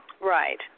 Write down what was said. Right